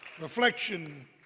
Reflection